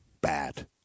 bad